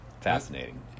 Fascinating